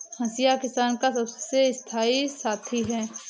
हंसिया किसान का सबसे स्थाई साथी है